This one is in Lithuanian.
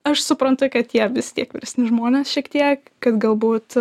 aš suprantu kad jie vis tiek vyresni žmonės šiek tiek kad galbūt